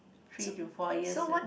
three to four years ag~